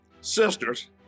sisters